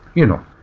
you know,